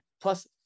plus